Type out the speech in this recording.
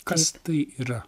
kas tai yra